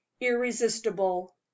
irresistible